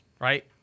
right